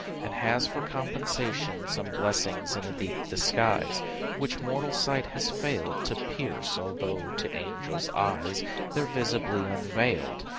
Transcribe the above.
and has for compensation some blessings in a deep disguise which mortal sight has failed to pierce, although to angels' eyes they're visible unveiled.